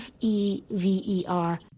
Fever